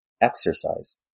exercise